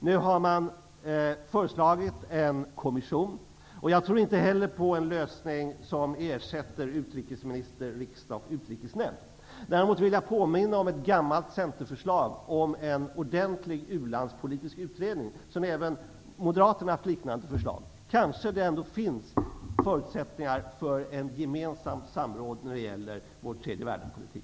Man har nu föreslagit en kommission. Inte heller jag tror på en lösning som ersätter utrikesminister, riksdag och Utrikesnämnd. Däremot vill jag påminna om ett gammalt Centerförslag om en ordentlig u-landspolitisk utredning. Moderaterna har ett liknande förslag. Kanske det ändå finns förutsättningar för ett gemensamt samråd när det gäller vår tredjevärldenpolitik.